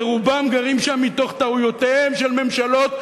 ורובם גרים שם מתוך טעויותיהן של ממשלות,